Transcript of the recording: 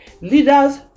Leaders